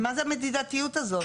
מה זה המידתיות הזאת?